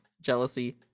Jealousy